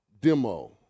demo